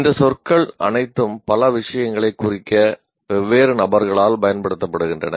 இந்த சொற்கள் அனைத்தும் பல விஷயங்களைக் குறிக்க வெவ்வேறு நபர்களால் பயன்படுத்தப்படுகின்றன